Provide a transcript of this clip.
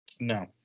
No